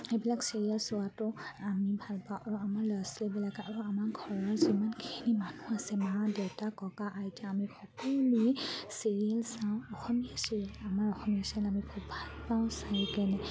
এইবিলাক চিৰিয়েল চোৱাতো আমি ভাল পাওঁ আৰু আমাৰ ল'ৰা ছোৱালীবিলাকে আৰু আমাৰ ঘৰৰ যিমানখিনি মানুহ আছে মা দেউতা ককা আইতা আমি সকলোৱে চিৰিয়েল চাওঁ অসমীয়া চিৰিয়েল আমাৰ অসমীয়া চিৰিয়েল আমি খুব ভাল পাওঁ চাই কেনে